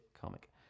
comic